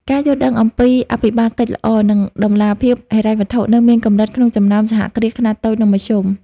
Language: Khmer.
ការយល់ដឹងអំពី អភិបាលកិច្ចល្អ និងតម្លាភាពហិរញ្ញវត្ថុ នៅមានកម្រិតក្នុងចំណោមសហគ្រាសខ្នាតតូច និងមធ្យម។